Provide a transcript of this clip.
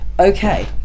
okay